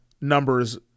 numbers